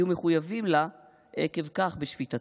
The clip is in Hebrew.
יהיו מחויבים לה עקב כך בשפיטתם.